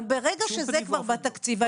אבל ברגע שזה כבר בתקציב --- בשום פנים ואופן,